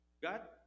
God